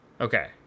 Okay